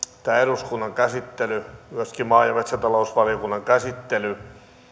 tämä eduskunnan käsittely myöskin maa ja metsätalousvaliokunnan käsittely